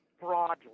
broadly